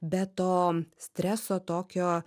be to streso tokio